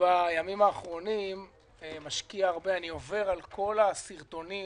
בימים האחרונים אני עובר על כל הסרטונים